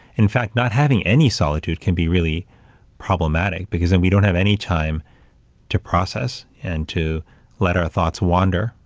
in fact, not having any solitude can be really problematic because then we don't have any time to process and to let our thoughts wander,